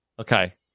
okay